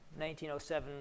1907